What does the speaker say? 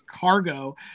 cargo